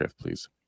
please